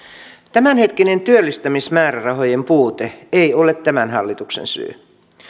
tämänhetkinen työllistämismäärärahojen puute ei ole tämän hallituksen syy